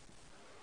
ישירות.